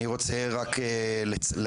אני רוצה רק להזכיר,